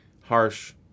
harsh